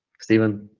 steven,